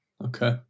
Okay